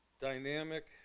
dynamic